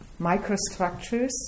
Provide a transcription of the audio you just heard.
microstructures